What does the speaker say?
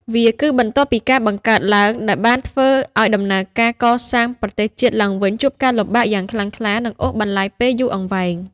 វាគឺបន្ទាប់ពីការបង្កើតឡើង ដែលបានធ្វើឱ្យដំណើរការកសាងប្រទេសជាតិឡើងវិញជួបការលំបាកយ៉ាងខ្លាំងក្លា និងអូសបន្លាយពេលយូរអង្វែង។